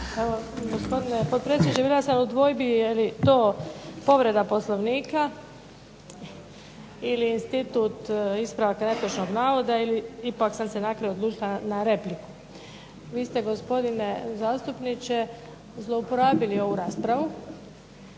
Gospodine potpredsjedniče, bila sam u dvojbi je li to povreda Poslovnika ili institut ispravka netočnog navoda, ipak sam se na kraju odlučila na repliku. Vi ste gospodine zastupniče zloporabili ovu raspravu,